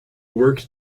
worked